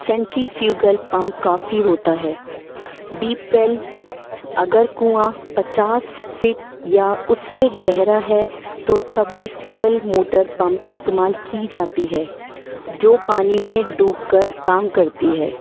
centrifugal pump کافی ہوتا ہے ڈیپ ویل اگر کنواں پچاس فٹ یا اس سے گہرا ہے تو سبمرسیبل موٹر پمپ استعمال کی جاتی ہے جو پانی میں ڈوب کر کام کرتی ہے